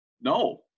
No